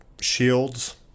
shields